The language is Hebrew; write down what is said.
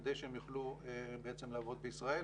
כדי שהם יוכלו לעבוד בישראל